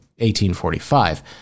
1845